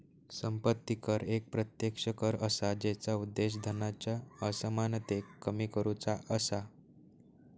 संपत्ती कर एक प्रत्यक्ष कर असा जेचा उद्देश धनाच्या असमानतेक कमी करुचा असा